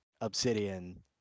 Obsidian